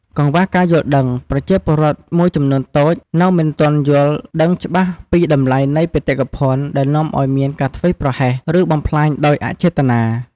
កង្វះការយល់ដឹង ប្រជាពលរដ្ឋមួយចំនួនតូចនៅមិនទាន់យល់ដឹងច្បាស់ពីតម្លៃនៃបេតិកភណ្ឌ ដែលនាំឱ្យមានការធ្វេសប្រហែស ឬបំផ្លាញដោយអចេតនា។